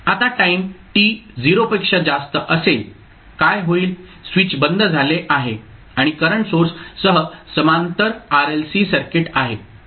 आता time t 0 पेक्षा जास्त असेल काय होईल स्विच बंद झाले आहे आणि करंट सोर्स सह समांतर RLC सर्किट आहे